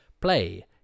play